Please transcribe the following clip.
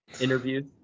interviews